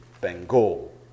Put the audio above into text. Bengal